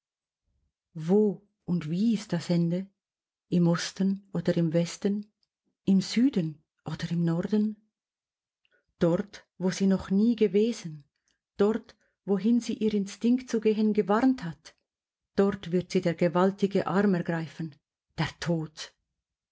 wo und wie ist das ende im osten oder im westen im süden oder im norden dort wo sie noch nie gewesen dort wohin sie ihr instinkt zu gehen gewarnt hat dort wird sie der gewaltige arm ergreifen der tod